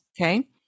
okay